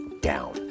down